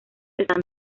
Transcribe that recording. están